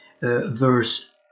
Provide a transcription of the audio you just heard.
verse